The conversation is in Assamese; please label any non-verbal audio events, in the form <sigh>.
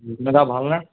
<unintelligible> ভালনে